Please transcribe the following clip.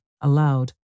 aloud